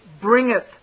bringeth